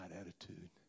attitude